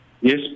Yes